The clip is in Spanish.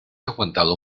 aguantado